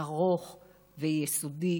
ארוך ויסודי,